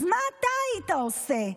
אז מה אתה היית עושה?